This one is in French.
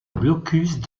blocus